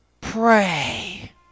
pray